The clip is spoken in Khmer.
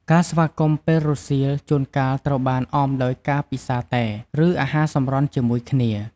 ការស្វាគមន៍ពេលរសៀល ជួនកាលត្រូវបានអមដោយការពិសារតែ ឬអាហារសម្រន់ជាមួយគ្នា។